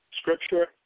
scripture